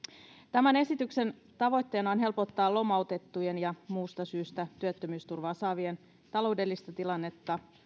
tämän esityksen tavoitteena on helpottaa lomautettujen ja muusta syystä työttömyysturvaa saavien taloudellista tilannetta